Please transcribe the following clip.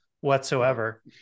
whatsoever